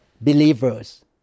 believers